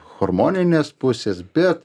hormoninės pusės bet